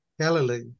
Galilee